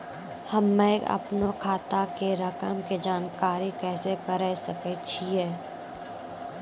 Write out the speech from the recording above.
हम्मे अपनो खाता के रकम के जानकारी कैसे करे सकय छियै?